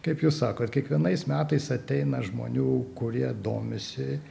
kaip jūs sakot kiekvienais metais ateina žmonių kurie domisi